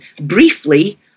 Briefly